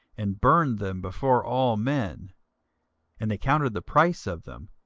and burned them before all men and they counted the price of them,